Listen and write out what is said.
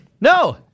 no